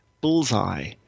bullseye